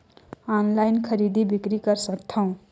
Online खरीदी बिक्री कर सकथव?